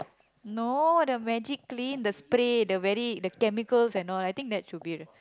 no the Magic Clean the spray the very the chemical and all I think that should be